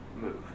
move